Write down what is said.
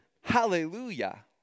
hallelujah